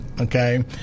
okay